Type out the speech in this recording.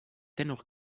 dennoch